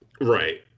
right